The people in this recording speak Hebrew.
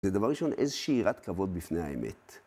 זה דבר ראשון, איזושהי יראת כבוד בפני האמת.